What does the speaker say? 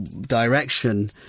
direction